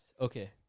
Okay